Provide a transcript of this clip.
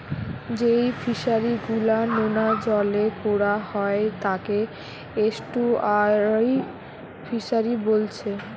যেই ফিশারি গুলা নোনা জলে কোরা হয় তাকে এস্টুয়ারই ফিসারী বোলছে